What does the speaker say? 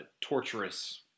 torturous